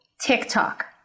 TikTok